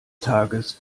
tages